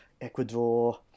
ecuador